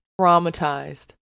traumatized